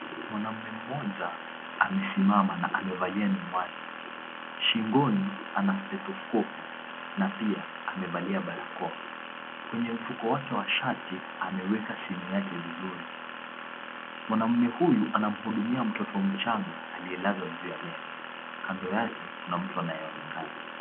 Mwanaume mmoja amesimama na amevalia miwani. Shingoni ana stethoskopu na pia amevalia barakoa. Kwenye mfuko wake wa shati ameweka simu yake vizuri. Mwanaume huyu anamhudumia mtoto mchanga aliyelazwa juu ya meza. Kando yake kuna mtu anayeonekana.